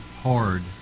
hard